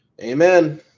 Amen